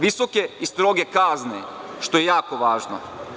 Visoke i stroge kazne, što je jako važno.